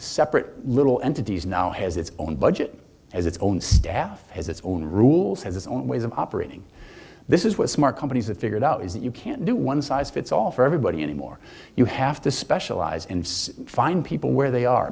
separate little entities now has its own budget as its own staff has its own rules has its own ways of operating this is what smart companies that figured out is that you can't do one size fits all for everybody anymore you have to specialize and find people where they